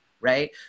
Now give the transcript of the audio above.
right